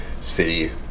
city